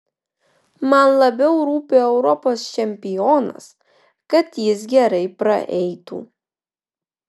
man labiau rūpi europos čempionas kad jis gerai praeitų